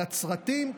הנצרתיים,